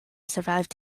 survived